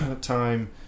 time